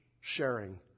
sharing